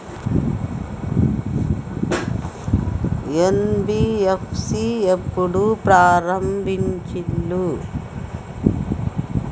NBFC ఎప్పుడు ప్రారంభించిల్లు?